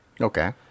Okay